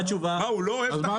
נו, מה התשובה האמיתית?